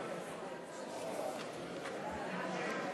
חברת הכנסת מרב מיכאלי,